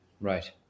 Right